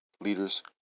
Leaders